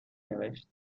نوشت